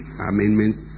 amendments